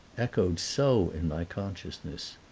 echoed so in my consciousness.